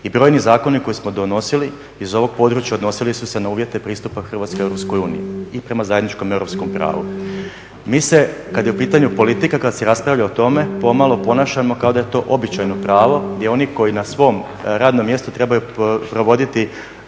i brojni zakoni koje smo donosili iz ovog područja odnosili su se na uvjete pristupa Hrvatske EU i prema zajedničkom europskom pravu. Mi se kada je u pitanju politika kada se raspravlja o tome pomalo ponašamo kao da je to običajno pravo gdje oni koji na svom radnom mjestu trebaju provoditi